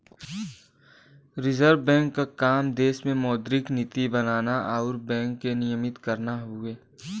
reserve Bank क काम देश में मौद्रिक नीति बनाना आउर बैंक के नियमित करना हउवे